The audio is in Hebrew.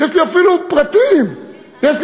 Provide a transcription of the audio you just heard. יש לי אפילו פרטים ספציפיים.